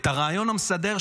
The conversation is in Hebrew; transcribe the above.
את הרעיון המסדר,